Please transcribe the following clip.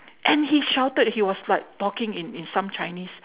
and he shouted he was like talking in in some chinese